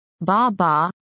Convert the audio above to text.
ba-ba